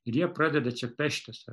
ir jie pradeda čia peštis